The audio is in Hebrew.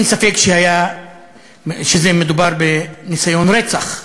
אין ספק שמדובר בניסיון רצח,